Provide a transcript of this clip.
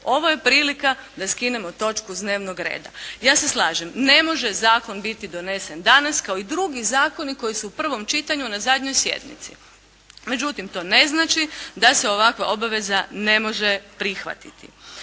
Ovo je prilika da skinemo točku s dnevnog reda. Ja se slažem. Ne može zakon biti donesen danas kao i drugi zakoni koji su u prvom čitanju na zadnjoj sjednici, međutim to ne znači da se ovakva obaveza ne može prihvatiti.